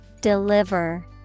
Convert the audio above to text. Deliver